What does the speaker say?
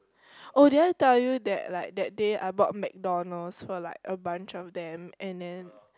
oh did I tell you that like that day I bought McDonald's for like a bunch of them and then